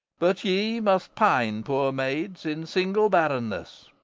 but ye must pine, poor maids, in single barrenness.